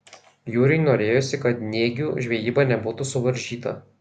jūriui norėjosi kad nėgių žvejyba nebūtų suvaržyta